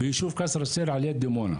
ביישוב קסר א-סיר על יד דימונה,